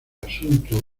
asunto